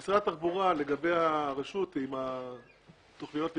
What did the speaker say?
יחד עם זאת,